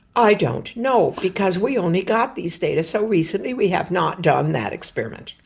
i don't know because we only got these data so recently we have not done that experiment.